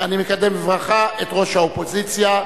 אני מקדם בברכה את ראש האופוזיציה.